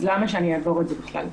אז למה שאני אעבור את זה בכלל?